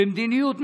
במדיניות,